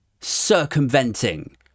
circumventing